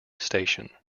station